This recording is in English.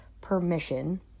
permission